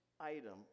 item